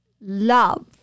love